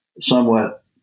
somewhat